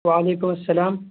و علیکم السلام